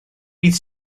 bydd